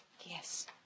Yes